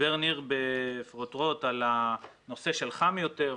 דיבר ניר בפרוטרוט על הנושא של חם יותר,